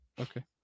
okay